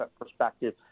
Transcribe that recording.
perspective